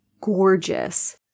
gorgeous